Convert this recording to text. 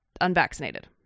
unvaccinated